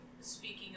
speaking